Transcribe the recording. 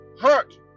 hurt